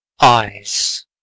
eyes